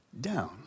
down